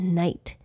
night